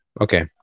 Okay